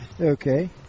Okay